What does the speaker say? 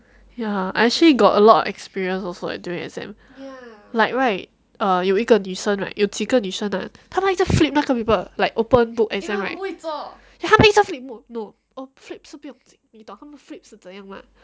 ya I actually got a lot of experience also during exam like right err 有一个女生 right 有几个女生 ah 他们一直 flip 那个 paper like open book exam right ya 他们一下子 no flip 是不用紧你懂他们 flip 是怎样 mah